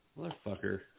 motherfucker